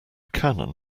canon